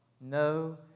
No